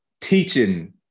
teaching